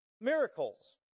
miracles